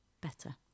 better